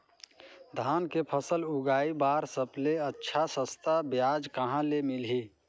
धान के फसल उगाई बार सबले अच्छा सस्ता ब्याज कहा ले मिलही?